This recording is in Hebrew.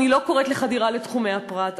אני לא קוראת לחדירה לתחומי הפרט,